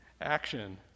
action